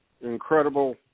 incredible